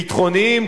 ביטחוניים,